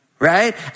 Right